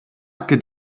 could